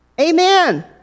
Amen